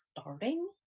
starting